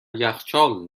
یخچال